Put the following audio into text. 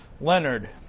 Leonard